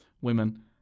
women